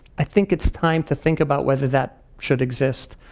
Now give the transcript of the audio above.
i think it's time to think about whether that should exist.